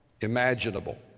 imaginable